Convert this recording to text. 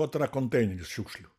vot yra konteineris šiukšlių